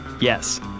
Yes